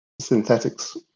synthetics